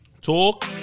Talk